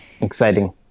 exciting